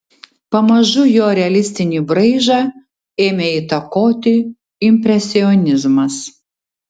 pamažu jo realistinį braižą ėmė įtakoti impresionizmas